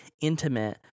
intimate